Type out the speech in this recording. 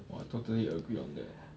!wah! totally agree on the eh